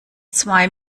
zwei